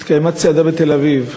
התקיימה צעדה בתל-אביב,